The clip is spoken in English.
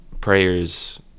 Prayers